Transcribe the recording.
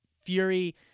Fury